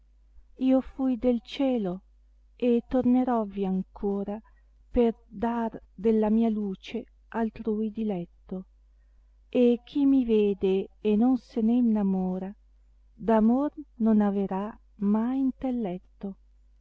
io fui del cielo e tornerò v vi ancora per dar della mia luce altrui diletto e chi mi vede e non se ne innamora d amor non averà mai intelletto